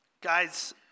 guys